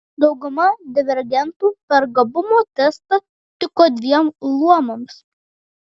dauguma divergentų per gabumų testą tiko dviem luomams